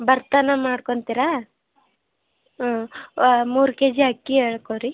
ಬರ್ತಾನ ಮಾಡ್ಕೊಳ್ತೀರ ಹ್ಞೂ ಮೂರು ಕೆಜಿ ಅಕ್ಕಿ ಹೇಳ್ಕೊಳ್ರಿ